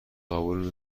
قبول